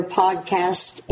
podcast